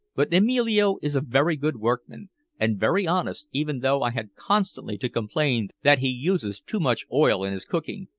but emilio is a very good workman and very honest, even though i had constantly to complain that he uses too much oil in his cooking.